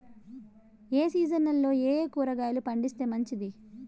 ఏ సీజన్లలో ఏయే కూరగాయలు పండిస్తే మంచిది